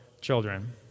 children